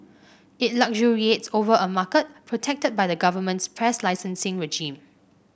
it luxuriates over a market protected by the government's press licensing regime